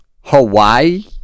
Hawaii